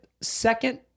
second